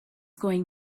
going